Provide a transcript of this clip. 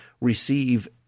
receive